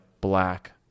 black